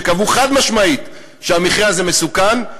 שקבעו חד-משמעית שהמכרה הזה מסוכן,